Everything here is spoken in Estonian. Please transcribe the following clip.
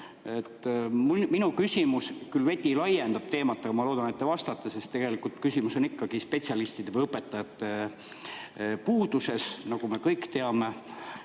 Minu küsimus küll veidi laiendab teemat, aga ma loodan, et te vastate, sest küsimus on ikkagi spetsialistide või õpetajate puuduses, nagu me kõik teame.